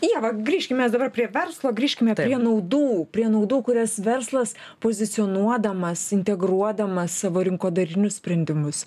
ieva grįžkim mes dabar prie verslo grįžkim prie naudų prie naudų kurias verslas pozicionuodamas integruodamas savo rinkodarinius sprendimus